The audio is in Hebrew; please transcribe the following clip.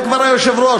אתה כבר היושב-ראש,